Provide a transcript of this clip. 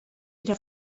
era